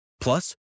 Plus